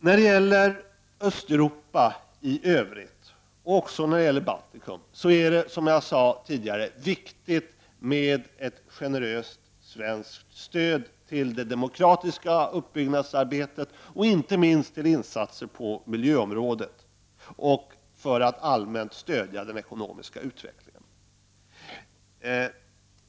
När det gäller Östeuropa i övrigt och också när det gäller Baltikum är det, som jag sade tidigare, viktigt med ett generöst svenskt stöd till det demokratiska uppbyggnadsarbetet och inte minst till insatser på miljöområdet och för att allmänt stödja den ekonomiska utvecklingen.